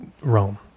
rome